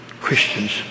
Christians